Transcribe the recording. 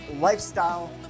lifestyle